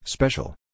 Special